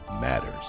Matters